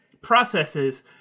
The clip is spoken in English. processes